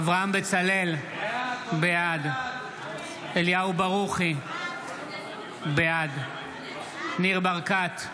אברהם בצלאל, בעד אליהו ברוכי, בעד ניר ברקת,